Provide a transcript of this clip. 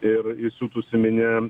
ir įsiutusi minia